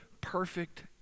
perfect